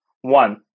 One